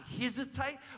hesitate